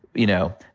you know,